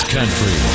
Country